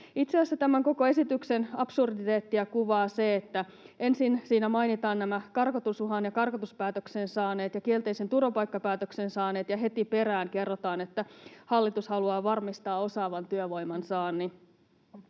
tämän koko esityksen absurditeettia kuvaa se, että ensin siinä mainitaan nämä karkotusuhan ja karkotuspäätöksen saaneet ja kielteisen turvapaikkapäätöksen saaneet ja heti perään kerrotaan, että hallitus haluaa varmistaa osaavan työvoiman saannin.